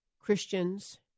Christians